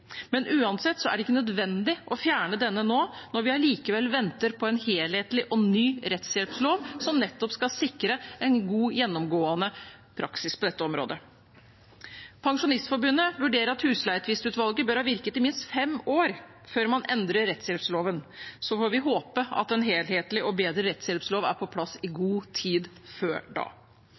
Men uansett er det ikke nødvendig å fjerne denne nå, når vi likevel venter på en helhetlig og ny rettshjelpslov, som nettopp skal sikre en god gjennomgående praksis på dette området. Pensjonistforbundet vurdere at Husleietvistutvalget bør ha virket i minst fem år før man endrer rettshjelpsloven. Vi får håpe at en helhetlig og bedre rettshjelpslov er på plass i god tid før